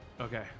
Okay